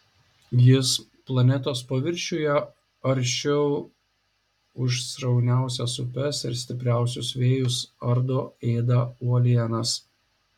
jis planetos paviršiuje aršiau už srauniausias upes ir stipriausius vėjus ardo ėda uolienas